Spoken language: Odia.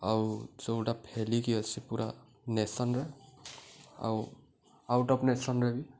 ଆଉ ଯେଉଁଟା ଫେଲିକି ଅଛି ପୁରା ନେସନରେ ଆଉ ଆଉଟ ଅଫ୍ ନେସନରେ ବି